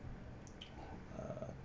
err